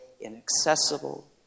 inaccessible